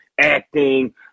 acting